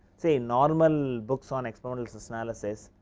see, normal books on experimental stress analysis,